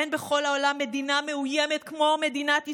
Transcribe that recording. אין בכל העולם מדינה מאוימת כמו מדינת ישראל,